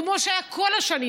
כמו שהיה כל השנים,